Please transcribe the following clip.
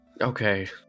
Okay